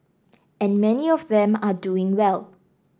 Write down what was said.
and many of them are doing well